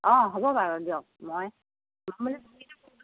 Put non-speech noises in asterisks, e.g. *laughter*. অঁ হ'ব বাৰু দিয়ক মই মানে *unintelligible*